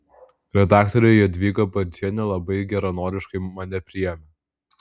redaktorė jadvyga barcienė labai geranoriškai mane priėmė